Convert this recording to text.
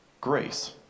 grace